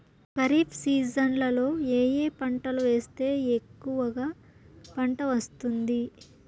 ఖరీఫ్ సీజన్లలో ఏ ఏ పంటలు వేస్తే ఎక్కువగా పంట వస్తుంది?